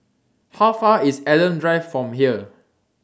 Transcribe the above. How Far away IS Adam Drive from here